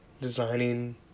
designing